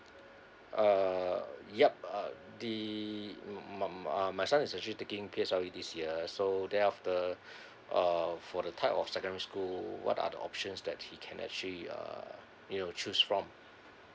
uh yup uh the my uh my son is actually taking P_S_L_E this year so there after uh for the type of secondary school what are the options that he can actually uh you know choose from